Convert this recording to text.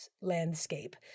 landscape